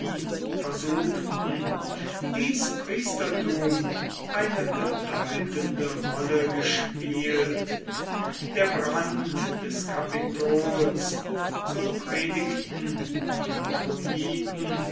versuchten dies priestertum eine bedeutende rolle gespielt der brand des kapitols so predigten die